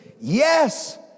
Yes